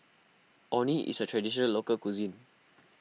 Orh Nee is a Traditional Local Cuisine